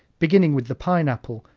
beginning with the pineapple,